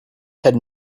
had